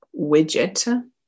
widget